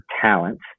talents